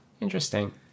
Interesting